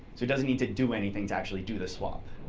so it doesn't need to do anything to actually do the swap.